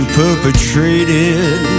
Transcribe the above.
perpetrated